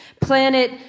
planet